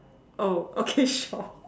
oh okay sure